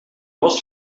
was